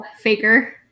faker